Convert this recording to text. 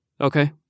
Okay